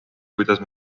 kuidas